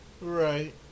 Right